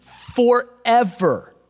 forever